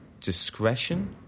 discretion